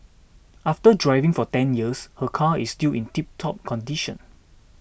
after driving for ten years her car is still in tiptop condition